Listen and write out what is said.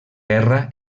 guerra